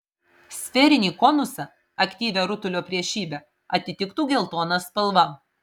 sferinį konusą aktyvią rutulio priešybę atitiktų geltona spalva